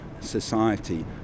society